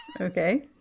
okay